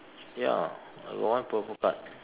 ya I got one purple card